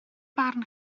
barn